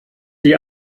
die